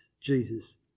Jesus